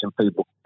people